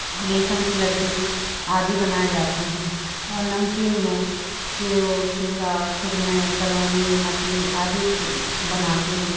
बेसन के लड्डू आदि बनाए जाते हैं और नमकीन में सेव चूड़ा खुरमे सलोनी मठरी आदि बन बनाते हैं